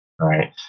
right